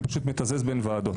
אני מתזז בין הוועדות.